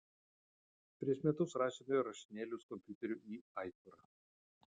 prieš metus rašėme rašinėlius kompiuteriu į aitvarą